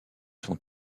sont